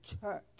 church